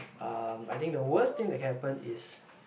um I think the worst thing that can happen is